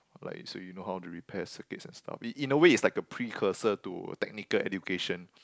like so you know how to repair circuits and stuff in in a way it's a precursor to technical education